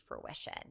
fruition